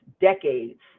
decades